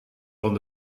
van